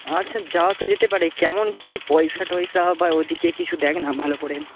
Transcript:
আচ্ছা যাওয়া তো যেতে পারে কেমন কি পয়সা টয়সা বা ওই দিকে কিছু দেখ না ভালো করে